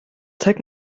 zeig